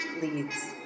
leads